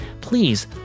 please